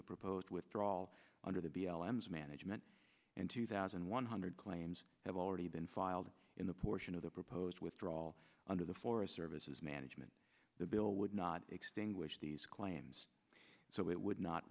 the proposed withdrawal under the b l m as management and two thousand one hundred claims have already been filed in the portion of the proposed withdrawal under the forest services management the bill would extinguished these claims so it would not